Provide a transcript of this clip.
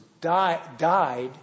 died